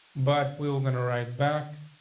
but we were gonna ride back.